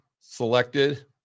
selected